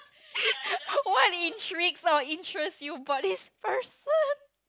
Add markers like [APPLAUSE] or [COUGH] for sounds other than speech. [LAUGHS] what intrigues or interest you about this person